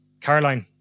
Caroline